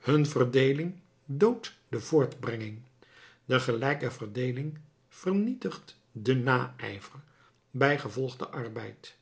hun verdeeling doodt de voortbrenging de gelijke verdeeling vernietigt den naijver bijgevolg den arbeid